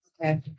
Okay